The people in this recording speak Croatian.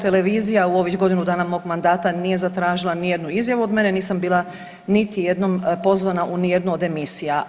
Ne, HRT u ovih godinu dana mog mandata nije zatražila ni jednu izjavu od mene, nisam bila niti jednom pozvana u ni jednu od emisija.